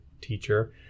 teacher